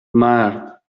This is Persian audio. مرد